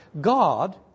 God